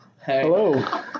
Hello